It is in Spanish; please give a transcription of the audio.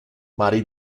mary